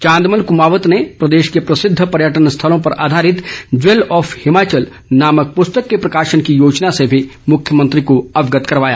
चांदमल कमावत ने प्रदेश के प्रसिद्ध पर्यटन स्थलों पर आधारित ज्वेल ऑफ हिमाचल नामक प्रस्तक के प्रकाशन की योजना से भी मुख्यमंत्री को अवगत करवाया